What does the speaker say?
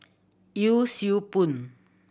Yee Siew Pun